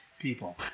people